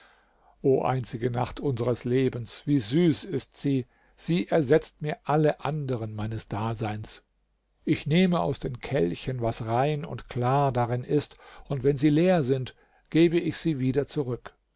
o einzige nacht unseres lebens wie süß ist sie sie ersetzt mir alle anderen meines daseins ich nehme aus den kelchen was rein und klar darin ist und wenn sie leer sind gebe ich sie wieder zurück